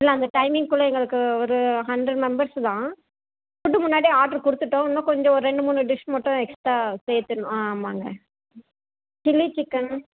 இல்லை அந்த டைமிங்குக்குள்ள எங்களுக்கு ஒரு ஹண்ட்ரட் மெம்பர்ஸு தான் ஃபுட்டு முன்னாடியே ஆட்ரு கொடுத்துட்டோம் இன்னும் கொஞ்சம் ஒரு ரெண்டு மூணு டிஷ் மட்டும் எக்ஸ்டா சேத்துடணும் ஆ ஆமாங்க சில்லி சிக்கன்